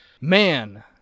Man